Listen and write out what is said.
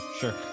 Sure